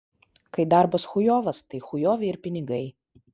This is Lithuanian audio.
kai darbas chujovas tai chujovi ir pinigai